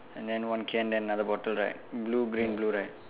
and then one can then another bottle right blue green blue right